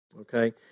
okay